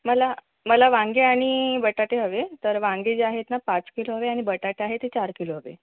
मला मला वांगे आणि बटाटे हवे तर वांगे जे आहेत ना पाच किलो हवे आणि बटाटे आहे ते चार किलो हवे